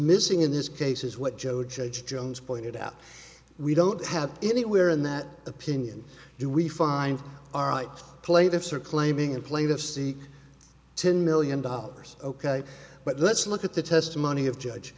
missing in this case is what joe judge jones pointed out we don't have anywhere in that opinion do we find our ites plate if her claiming a plate of seek ten million dollars ok but let's look at the testimony of judge